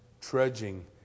Trudging